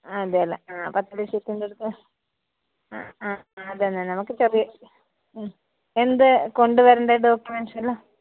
അതെ അല്ലെ ആ പത്ത് ലക്ഷത്തിന്റെ അടുത്ത് അത് തന്നെ നമ്മൾക്ക് ചെറിയ എന്ത് കൊണ്ട് വരേണ്ടത് ഡോക്യൂമെൻസെല്ലാം